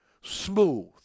smooth